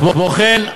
כמו כן,